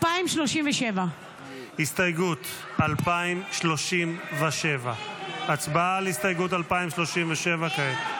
2037. הסתייגות 2037. הצבעה על הסתייגות 2037 כעת.